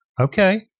okay